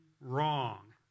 wrong